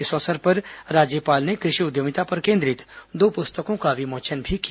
इस अवसर पर राज्यपाल ने कृषि उद्यमिता पर केन्द्रित दो पुस्तकों का विमोचन भी किया